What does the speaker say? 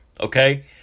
Okay